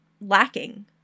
lacking